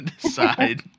decide